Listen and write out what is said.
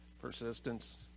Persistence